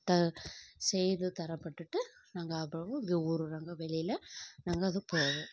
ட செய்து தரப்பட்டுவிட்டு நாங்கள் அப்பப்போ வெளியில் நாங்கள் அது போவோம்